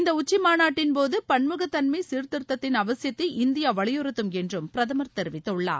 இந்த உச்சிமாநாட்டின்போது பன்முகத்தன்மை சீர்திருத்தத்தின் அவசியத்தை இந்தியா வலியுறுத்தும் என்று பிரதமர் தெரிவித்துள்ளார்